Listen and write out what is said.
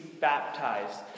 baptized